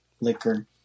liquor